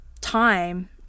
time